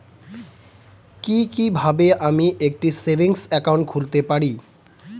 কি কিভাবে আমি একটি সেভিংস একাউন্ট খুলতে পারি?